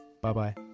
bye-bye